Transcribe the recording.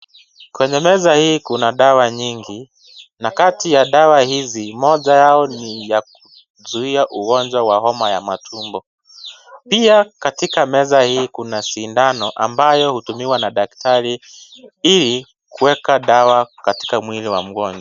Kwenye meza hii kuna dawa nyingi, na kati ya dawa hizi moja yao ni ya kuzuia ugonjwa wa homa ya matumbo. Pia katika meza hii kuna sindano ambayo hutumiwa na daktari ili kuweka sawa katika mwili wa mgojnwa.